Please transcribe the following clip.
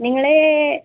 നിങ്ങൾ